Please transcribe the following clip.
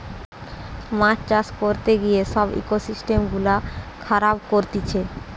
মাছ চাষ করতে গিয়ে সব ইকোসিস্টেম গুলা খারাব করতিছে